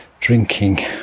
drinking